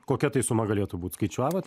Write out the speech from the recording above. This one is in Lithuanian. kokia tai suma galėtų būt skaičiavot